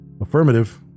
Affirmative